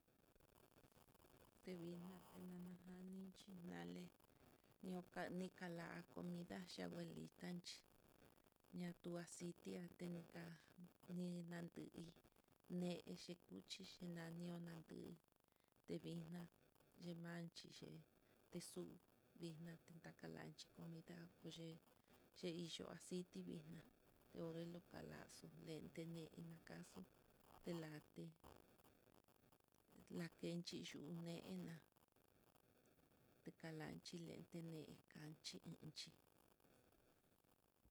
Tevixna inana janinchí nalé nikala comida chí abuelita chí, ña tu aciti akuenika ninante hí, nee ni cuchi ñaño'o, nandu tevixná yemachiyee, texu vixna tetakalanchí kuu niyanc 'o aciti nixna teonrelio, kalaxo ndenté ne iin kaxo telate, lakenchí chiunená tekalanchi nente ne'e kanchi chi i iin chí.